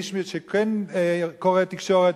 כאיש שכן קורא תקשורת,